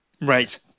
Right